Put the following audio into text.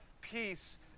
peace